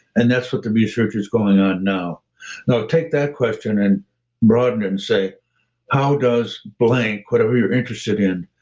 and that's what the research is going on now now, take that question and broaden it and say how does blank, whatever you're interested in,